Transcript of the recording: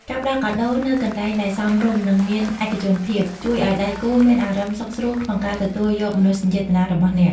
ការផ្ដល់កាដូនៅកន្លែងដែលសមរម្យ និងមានឯកជនភាព ជួយឱ្យដៃគូមានអារម្មណ៍សុខស្រួលក្នុងការទទួលយកមនោសញ្ចេតនារបស់អ្នក។